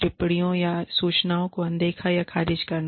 टिप्पणियों या सूचनाओं को अनदेखा या खारिज करना